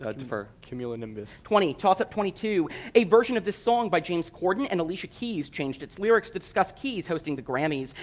ah defer cumulonimbus. twenty tossup twenty two a version of this song by james corden and alicia keys changed its lyrics lyrics to discuss keys hosting the grammys.